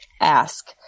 ask